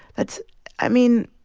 that's i mean,